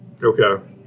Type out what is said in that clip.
Okay